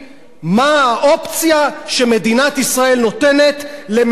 מה האופציה שמדינת ישראל נותנת למאות אלפי